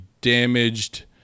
damaged